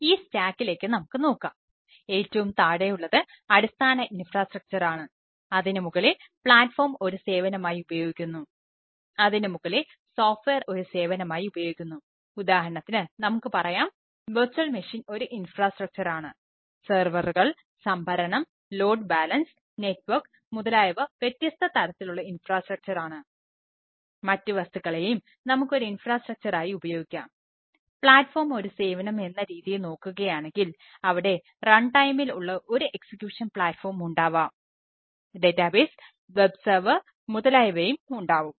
ഈ സ്റ്റാക്കിലേക്ക് മുതലായവയും ഉണ്ടാവും